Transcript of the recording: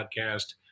podcast